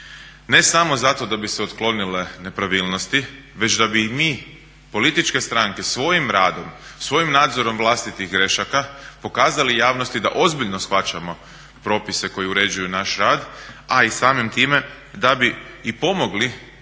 ne samo zato da bi se otklonile nepravilnosti već da bi i mi političke stranke svojim radom, svojim nadzorom vlastitih grešaka pokazali javnosti da ozbiljno shvaćamo propise koji uređuju naš rad a i samim time da bi i pomogli